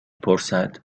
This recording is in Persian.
پرسد